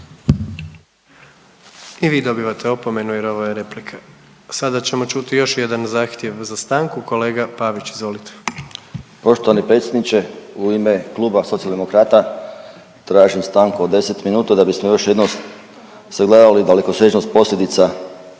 I vi dobivate opomenu jer ovo je replika. Sada ćemo čuti još jedan zahtjev za stanku, kolega Pavić izvolite. **Pavić, Željko (Nezavisni)** Poštovani predsjedniče u ime kluba Socijaldemokrata tražim stanku od 10 minuta da bismo još jednom sagledali dalekosežnost posljedica